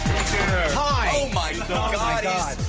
i